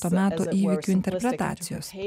to meto įvykių interpretacijos